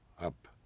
up